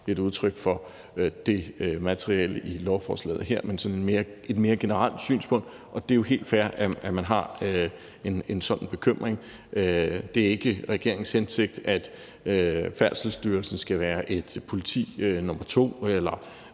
handler om det materielle i lovforslaget her, men sådan mere som et generelt synspunkt. Og det er jo helt fair, at man har en sådan bekymring. Det er ikke regeringens hensigt, at Færdselsstyrelsen skal være et politi nummer 2 eller